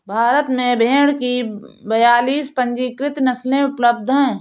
भारत में भेड़ की बयालीस पंजीकृत नस्लें उपलब्ध हैं